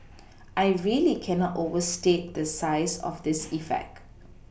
I really cannot overstate the size of this effect